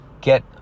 get